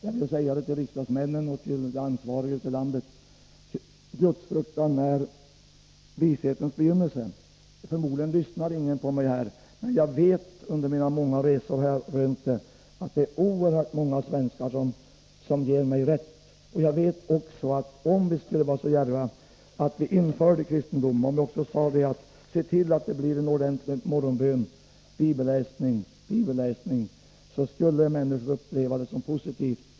Jag vill säga det till riksdagsmännen och till de ansvariga ute i landet: Gudsfruktan är vishetens begynnelse. Förmodligen lyssnar ingen på mig här, men jag vet — under mina många resor har jag rönt det — att det är oerhört många svenskar som ger mig rätt. Om vi skulle vara så djärva att vi införde kristendomen och också sade att man skulle se till att det blir en ordentlig morgonbön med bibelläsning, vet jag att människor skulle uppleva det som positivt.